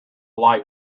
light